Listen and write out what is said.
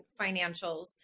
financials